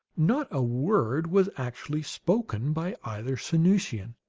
not a word was actually spoken by either sanusian.